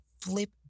flip